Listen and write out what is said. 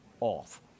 off